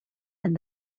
and